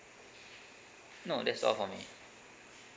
no that's all for me